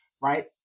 right